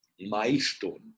milestone